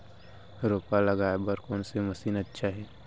रोपा लगाय बर कोन से मशीन अच्छा हे?